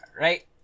right